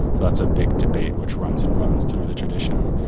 that's a big debate which runs and runs through the tradition.